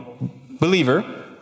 believer